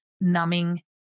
numbing